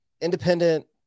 independent